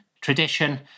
tradition